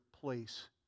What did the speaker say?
place